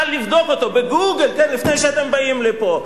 קל לבדוק אותו ב"גוגל" לפני שאתם באים לפה,